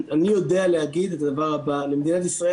אני יודע להגיד את הדבר הבא: למדינת ישראל